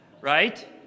right